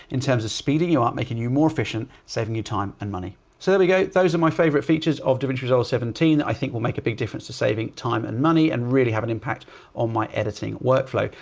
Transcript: in terms of speeding you up, making you more efficient, saving you time and money. so there we go. those are my favorite features of davinci resolve seventeen, i think will make a big difference to saving time and money and really have an impact on my editing work flow.